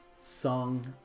song